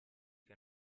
che